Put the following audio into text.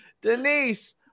Denise